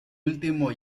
último